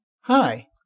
Hi